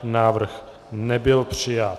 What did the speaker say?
Návrh nebyl přijat.